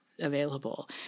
available